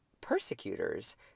persecutors